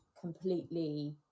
completely